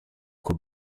qu’au